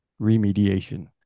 remediation